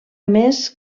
més